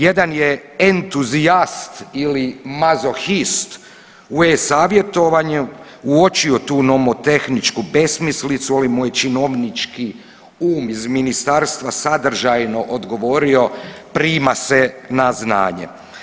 Jedan je entuzijast ili mazohist u e-savjetovanju uočio tu nomotehničku besmislicu, ali mu je činovnički um iz ministarstva sadržajno odgovorio, prima se na znanje.